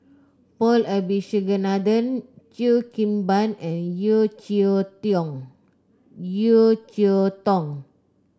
Paul Abisheganaden Cheo Kim Ban and Yeo Cheow Yeo Cheow Tong